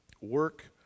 Work